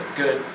good